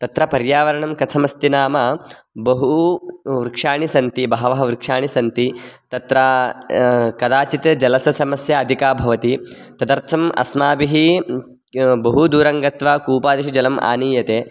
तत्र पर्यावरणं कथमस्ति नाम बहु वृक्षाः सन्ति बहवः वृक्षाः सन्ति तत्र कदाचित् जलस्य समस्या अधिका भवति तदर्थम् अस्माभिः बहु दूरं गत्वा कूपादिषु जलम् आनीयते